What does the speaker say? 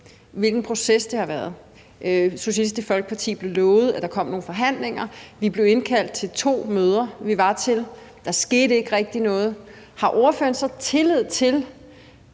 hvilken proces det har været – Socialistisk Folkeparti blev lovet, at der kom nogle forhandlinger; vi blev indkaldt til to møder, som vi var til; der skete ikke rigtig noget – har ordføreren så tillid til,